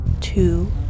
Two